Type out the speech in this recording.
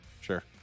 Sure